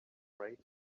great